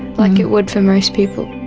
like it would for most people.